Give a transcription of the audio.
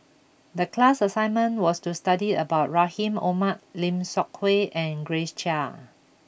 the class assignment was to study about Rahim Omar Lim Seok Hui and Grace Chia